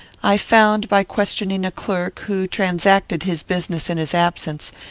i found, by questioning a clerk, who transacted his business in his absence,